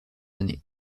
années